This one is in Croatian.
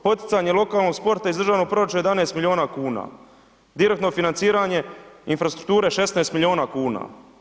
Poticanje lokalnog sporta iz državnog proračuna 11 miliona kuna, direktno financiranje infrastrukture 16 miliona kuna.